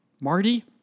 Marty